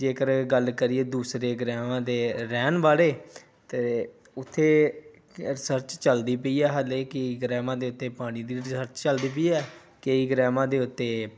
ਜੇਕਰ ਗੱਲ ਕਰੀਏ ਦੂਸਰੇ ਗ੍ਰਹਿਵਾਂ ਦੇ ਰਹਿਣ ਬਾਰੇ ਅਤੇ ਉੱਥੇ ਰਿਸਰਚ ਚੱਲਦੀ ਪਈ ਆ ਹਜੇ ਕਈ ਗ੍ਰਹਿਵਾਂ ਦੇ ਉੱਤੇ ਪਾਣੀ ਦੀ ਰਿਸਰਚ ਚੱਲਦੀ ਪਈ ਆ ਕਈ ਗ੍ਰਹਿਵਾਂ ਦੇ ਉੱਤੇ